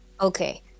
Okay